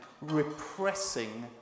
repressing